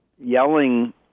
yelling